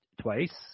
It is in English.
twice